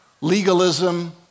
legalism